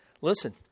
Listen